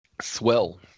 Swell